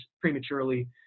prematurely